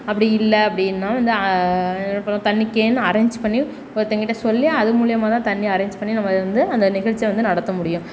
அப்படி இல்லை அப்படினா வந்து தண்ணி கேன் அரேஞ்ச் பண்ணி ஒருத்தர்கிட்ட சொல்லி அது மூலயமா தான் தண்ணி அரேஞ்ச் பண்ணி நம்ம வந்து அந்த நிகழ்ச்சியை நடத்த முடியும்